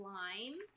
lime